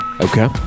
Okay